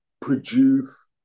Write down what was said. produce